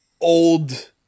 old